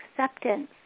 acceptance